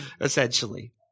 Essentially